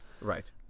Right